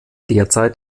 derzeit